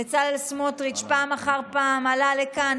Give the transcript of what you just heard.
בצלאל סמוטריץ' פעם אחר פעם עלה לכאן,